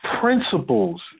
principles